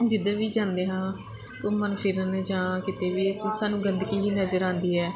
ਜਿੱਧਰ ਵੀ ਜਾਂਦੇ ਹਾਂ ਘੁੰਮਣ ਫਿਰਣ ਜਾਂ ਕਿਤੇ ਵੀ ਅਸੀਂ ਸਾਨੂੰ ਗੰਦਗੀ ਹੀ ਨਜ਼ਰ ਆਉਂਦੀ ਹੈ